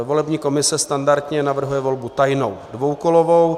Volební komise standardně navrhuje volbu tajnou dvoukolovou.